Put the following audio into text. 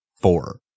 four